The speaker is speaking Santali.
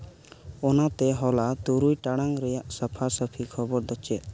ᱚᱱᱟᱛᱮ ᱦᱚᱞᱟ ᱛᱩᱨᱩᱭ ᱴᱟᱲᱟᱝ ᱨᱮᱭᱟᱜ ᱥᱟᱯᱷᱟ ᱥᱟᱹᱯᱷᱤ ᱠᱷᱚᱵᱚᱨ ᱫᱚ ᱪᱮᱫ